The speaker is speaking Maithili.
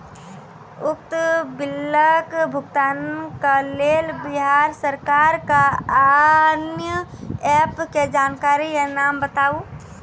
उक्त बिलक भुगतानक लेल बिहार सरकारक आअन्य एप के जानकारी या नाम बताऊ?